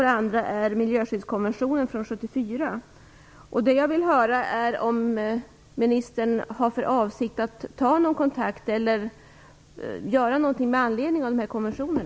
Den andra än miljöskyddskonventionen från 1974. Det jag vill höra är om ministern har för avsikt att ta någon kontakt eller göra någonting med anledning av dessa konventioner.